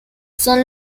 son